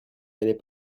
allez